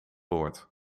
boord